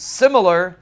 similar